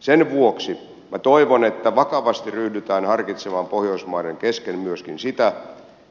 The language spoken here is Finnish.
sen vuoksi minä toivon että vakavasti ryhdytään harkitsemaan pohjoismaiden kesken myöskin sitä